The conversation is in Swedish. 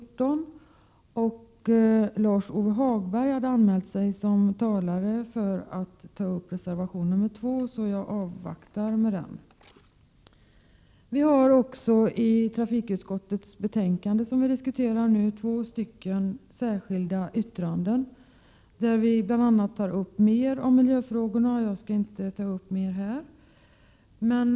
1987/88:114 Lars-Ove Hagberg har anmält sig för att tala om reservation nr 2, så jag 4 maj 1988 avvaktar i fråga om den. Luftfart Vpk har avgivit två särskilda yttranden till trafikutskottets betänkande där vi bl.a. tar upp miljöfrågorna.